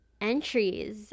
entries